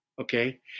okay